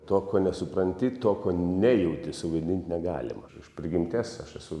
to ko nesupranti to ko nejauti suvaidint negalima iš prigimties aš esu